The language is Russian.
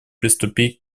приступить